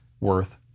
worth